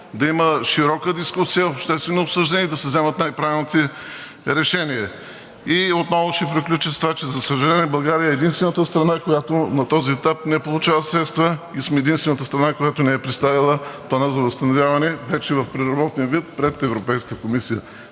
да има широка дискусия, обществено обсъждане и да се вземат най-правилните решения. И отново ще приключа с това, че за съжаление, България е единствената страна, която на този етап не получава средства и сме единствената страна, която не е представила Плана за възстановяване вече в преработен вид пред Европейската комисия.